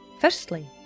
Firstly